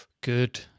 Good